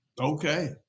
okay